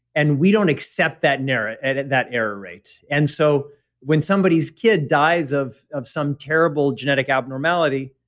and we don't accept that and error and that error rate. and so when somebody's kid dies of of some terrible genetic abnormality,